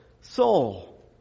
soul